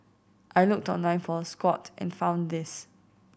I looked online for a squat and found this